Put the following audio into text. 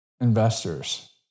investors